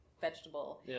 vegetable